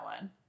one